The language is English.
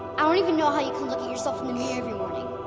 i don't even know how you can look at yourself in the mirror every morning.